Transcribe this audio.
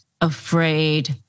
afraid